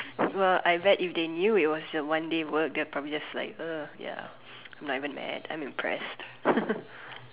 well I bet if they knew it was a one day work they'll probably just like uh ya I'm not even mad I'm impressed